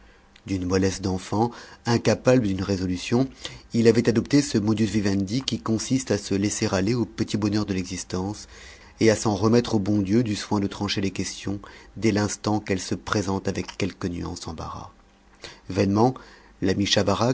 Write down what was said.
d'une mollesse d'enfant incapable d'une résolution il avait adopté ce modus vivendi qui consiste à se laisser aller au petit bonheur de l'existence et à s'en remettre au bon dieu du soin de trancher les questions dès l'instant qu'elles se présentent avec quelque nuance d'embarras vainement l'ami